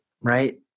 right